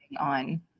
on